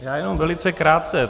Já jenom velice krátce.